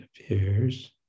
appears